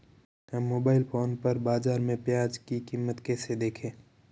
हम mobile phone पर बाज़ार में प्याज़ की कीमत कैसे देखें?